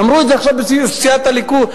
אמרו את זה עכשיו בישיבת סיעת הליכוד.